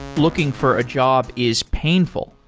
looking for a job is painful,